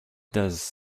does